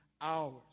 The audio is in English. hours